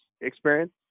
experience